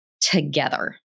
together